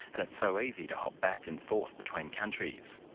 and it's so easy to hop back and forth between countries.